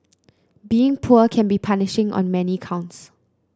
being poor can be punishing on many counts